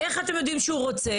איך אתם יודעים שהוא רוצה?